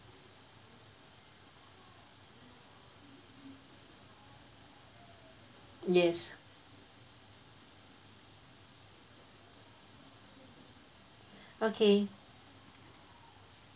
yes okay